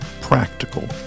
practical